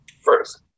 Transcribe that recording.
First